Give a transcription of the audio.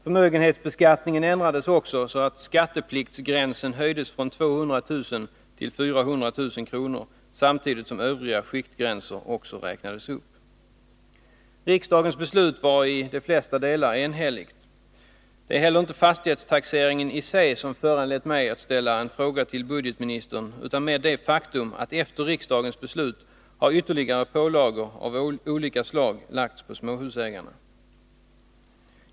Förmögenhetsgränsen ändrades också så att skattepliktsgränsen höjdes från 200 000 till 400 000 kr., samtidigt som övriga skiktgränser även räknades upp. Riksdagens beslut var i de flesta delar enhälligt. Det är heller inte fastighetstaxeringen i sig som föranlett mig att ställa en fråga till budgetministern, utan mer det faktum att ytterligare pålagor av olika slag efter riksdagens beslut har lagts på småhusägarna.